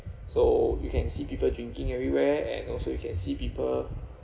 so you can see people drinking everywhere and also you can see people